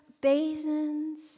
basins